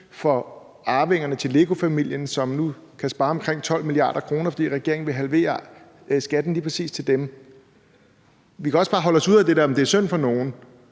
for arvingerne i LEGO-familien, som nu kan spare omkring 12 mia. kr., fordi regeringen vil halvere skatten lige præcis for dem? Vi kan også bare holde os ude af det der med, om det er synd for nogen.